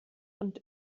und